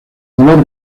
color